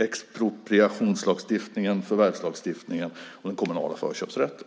expropriationslagstiftningen, förvärvslagstiftningen och den kommunala förköpsrätten.